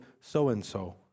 so-and-so